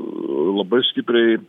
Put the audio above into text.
labai stipriai